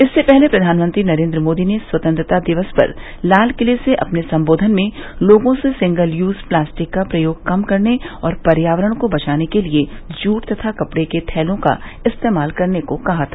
इससे पहले प्रधानमंत्री नरेन्द्र मोदी ने स्वतंत्रता दिवस पर लाल किले से अपने संबोधन में लोगों से सिंगल यूज प्लास्टिक का प्रयोग कम करने और पर्यावरण को बचाने के लिए जूट तथा कपड़े के थैलों का इस्तेमाल करने को कहा था